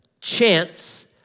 chance